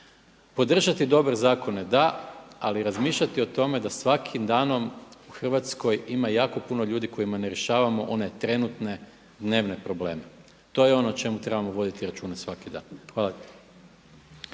Podržati dobre zakone da, ali razmišljati o tome da svakim danom u Hrvatskoj ima jako puno ljudi kojima ne rješavamo one trenutne, dnevne probleme, to je ono o čemu trebamo voditi računa svaki dan. Hvala